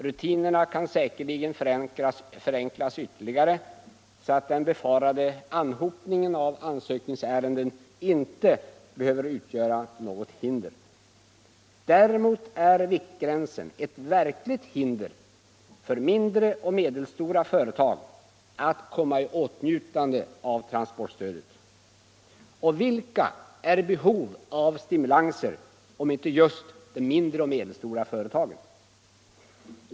Rutinerna kan säkerligen förenklas ytterligare, så att den befarade anhopningen av ansökningsärenden inte behöver utgöra något hinder. Däremot är viktgränsen ett verkligt hinder för mindre och medelstora företag att komma i åtnjutande av transportstödet. Och vilka är i behov av stimulanser om inte just de mindre och medelstora företagen?